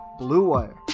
BLUEWIRE